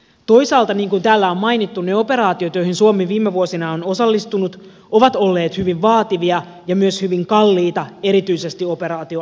toisaalta niin kuin täällä on mainittu ne operaatiot joihin suomi viime vuosina on osallistunut ovat olleet hyvin vaativia ja myös hyvin kalliita erityisesti operaatio afganistanissa